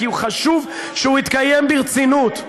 כי חשוב שהוא יתקיים ברצינות.